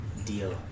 deal